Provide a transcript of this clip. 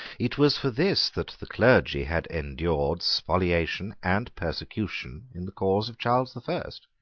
it was for this that the clergy had endured spoliation and persecution in the cause of charles the first.